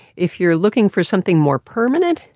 if you're looking for something more permanent,